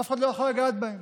אף אחד לא יכול לגעת בהם,